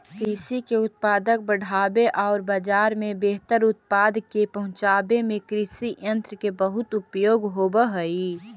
कृषि के उत्पादक बढ़ावे औउर बाजार में बेहतर उत्पाद के पहुँचावे में कृषियन्त्र के बहुत उपयोग होवऽ हई